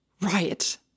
Riot